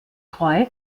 treu